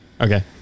Okay